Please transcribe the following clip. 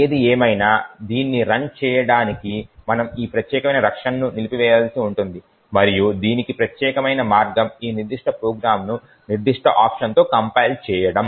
ఏది ఏమైనా దీన్నిరన్ చేయడానికి మనము ఈ ప్రత్యేకమైన రక్షణను నిలిపివేయవలసి ఉంటుంది మరియు దీనికి ప్రత్యేకమైన మార్గం ఈ నిర్దిష్ట ప్రోగ్రామ్ను నిర్దిష్ట ఆప్షన్తో కంపైల్ చేయడం